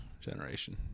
generation